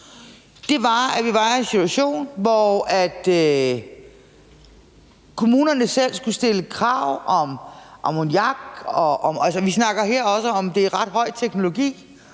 vi har nu. Vi var i en situation, hvor kommunerne selv skulle stille krav om ammoniak – altså, her snakker vi også om, at det er ret høj teknologi,